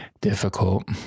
difficult